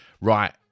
Right